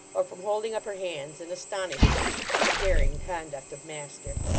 or from holding up her hands in astonishment at the daring conduct of master.